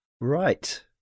Right